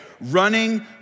Running